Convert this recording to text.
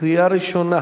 בקריאה ראשונה.